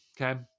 Okay